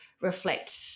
reflect